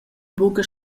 buca